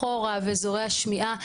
אחורה ואזורי השמיעה,